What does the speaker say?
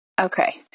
Okay